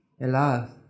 alas